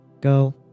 go